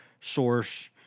source